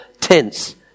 tents